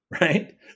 right